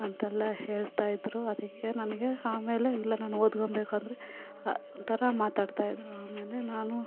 ಅಂತೆಲ್ಲ ಹೇಳ್ತಾಯಿದ್ರು ಅದಕ್ಕೆ ನನಗೆ ಆಮೇಲೆ ಇಲ್ಲ ನಾನು ಓದ್ಕೊಬೇಕು ಅಂದರೆ ಒಂಥರ ಮಾತಾಡ್ತಿದ್ರು ಆ ಮೇಲೆ ನಾನು